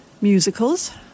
musicals